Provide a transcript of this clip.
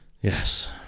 Yes